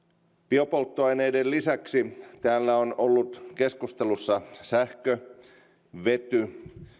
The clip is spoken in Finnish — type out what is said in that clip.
biopolttoaineiden lisäksi täällä ovat olleet keskustelussa sähkö vety